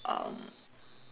um